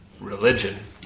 religion